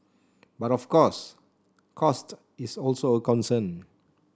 but of course cost is also a concern